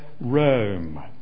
Rome